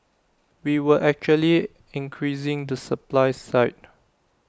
we were actually increasing the supply side